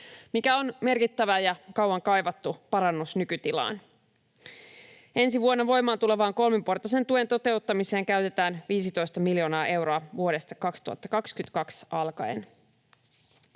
mikä on merkittävä ja kauan kaivattu parannus nykytilaan. Ensi vuonna voimaan tulevaan kolmiportaisen tuen toteuttamiseen käytetään 15 miljoonaa euroa vuodesta 2022 alkaen.